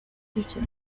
teacher